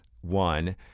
one